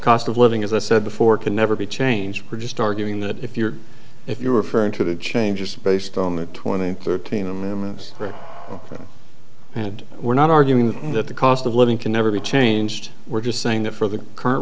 cost of living as i said before can never be changed produced arguing that if you're if you're referring to the changes based on the twenty thirteen women's right and we're not arguing that the cost of living can never be changed we're just saying that for the current